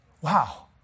Wow